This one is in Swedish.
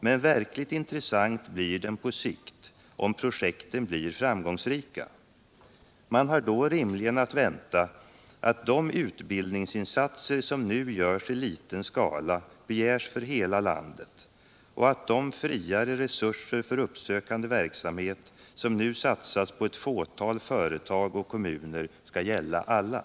Men verkligt intressant är den på sikt, om projekten är framgångsrika. Man har då rimligen att vänta att de utbildningsinsatser som nu görs i liten skala begärs för hela landet och att de friare resurser för uppsökande verksamhet som nu satsas på ett fåtal företag och kommuner skall gälla alla.